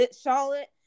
Charlotte